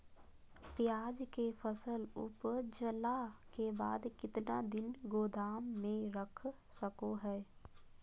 प्याज के फसल उपजला के बाद कितना दिन गोदाम में रख सको हय?